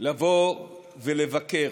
לבוא ולבקר.